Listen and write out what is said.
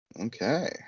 Okay